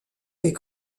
est